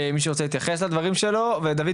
מישהו רוצה להתייחס לדברים שלו ודויד